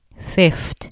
Fifth